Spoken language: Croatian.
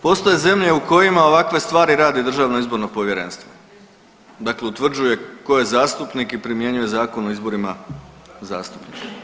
Postoje zemlje u kojima ovakve stvari radi Državno izborno povjerenstvo, dakle utvrđuje tko je zastupnik i primjenjuje Zakon o izborima zastupnika.